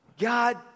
God